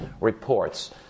reports